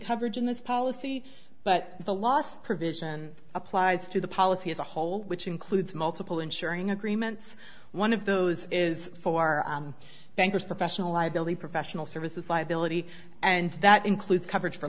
coverage in this policy but the last provision applies to the policy as a whole which includes multiple insuring agreements one of those is for bankers professional liability professional services liability and that includes coverage for